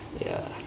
ya